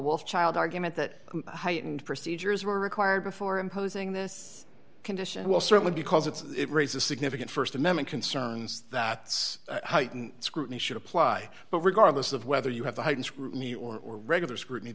well child argument that heightened procedures were required before imposing this condition well certainly because it's it raises significant st amendment concerns that scrutiny should apply but regardless of whether you have the heightened scrutiny or regular scrutiny